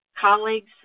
colleagues